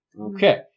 Okay